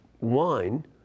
wine